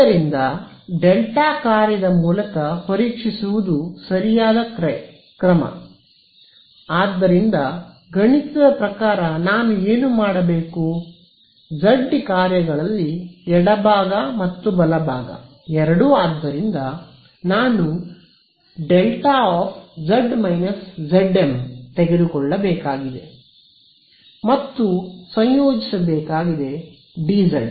ಇದರಿಂದ ಡೆಲ್ಟಾ ಕಾರ್ಯದ ಮೂಲಕ ಪರೀಕ್ಷಿಸುವುದು ಸರಿಯಾದ ಪರೀಕ್ಷೆ ಆದ್ದರಿಂದ ಗಣಿತದ ಪ್ರಕಾರ ನಾನು ಏನು ಮಾಡಬೇಕು z ಕಾರ್ಯಗಳಲ್ಲಿ ಎಡಭಾಗ ಮತ್ತು ಬಲಭಾಗ ಎರಡೂ ಆದ್ದರಿಂದ ನಾನು δ ತೆಗೆದುಕೊಳ್ಳಬೇಕಾಗಿದೆ ಮತ್ತು ಸಂಯೋಜಿಸಬೇಕಾಗಿದೆ dz